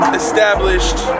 established